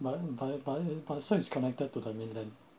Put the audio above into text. but but but but so it's connected to the mainland